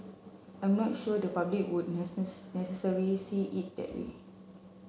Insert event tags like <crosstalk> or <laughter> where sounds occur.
I'm not sure the public would <unintelligible> necessarily see it that way